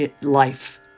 life